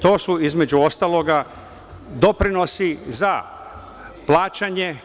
To su, između ostaloga, doprinosi za plaćanje